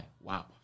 Wow